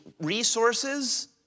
resources